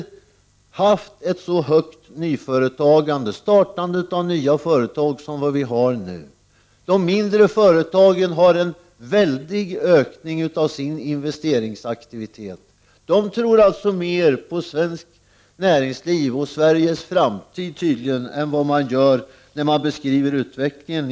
Startandet av nya företag har aldrig varit så omfattande som nu. De mindre företagen har en väldig ökning av sin investeringsaktivitet. De tror tydligen mer på svenskt näringsliv och Sveriges framtid än de borgerliga partierna gör när de beskriver utvecklingen.